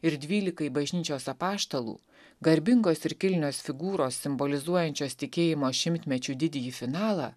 ir dvylikai bažnyčios apaštalų garbingos ir kilnios figūros simbolizuojančios tikėjimo šimtmečių didįjį finalą